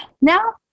Now